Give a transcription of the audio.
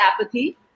apathy